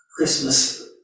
Christmas